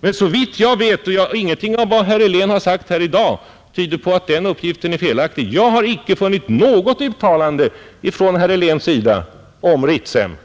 Men såvitt jag vet — och ingenting av vad herr Helén sagt här i dag tyder på att den uppgiften är felaktig — finns det inte något uttalande från herr Heléns sida om Ritsem,